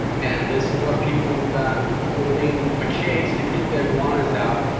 and this is what people have done. building a cage to keep the iguanas out.